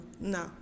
No